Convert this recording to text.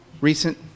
Recent